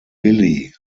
billy